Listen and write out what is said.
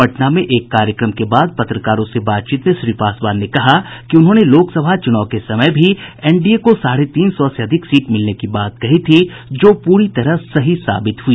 पटना में एक कार्यक्रम के बाद पत्रकारों से बातचीत में श्री पासवान ने कहा कि उन्होंने लोकसभा चुनाव के समय भी एनडीए को साढ़े तीन सौ से अधिक सीट मिलने की बात कही थी जो पूरी तरह सही साबित हुई